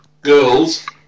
girls